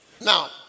Now